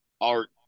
art